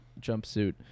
jumpsuit